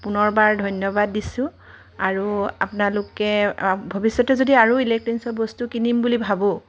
পুনৰবাৰ ধন্যবাদ দিছোঁ আৰু আপোনালোকে ভৱিষ্যতে যদি আৰু ইলেক্ট্ৰনিকছ বস্তু কিনিম বুলি ভাবোঁ